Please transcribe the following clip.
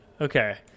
Okay